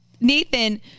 Nathan